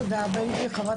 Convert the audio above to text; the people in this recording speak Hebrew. תודה רבה, חבר הכנסת בן גביר.